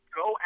go